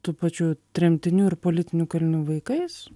tų pačių tremtinių ir politinių kalinių vaikais